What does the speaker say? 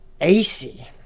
ac